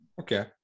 okay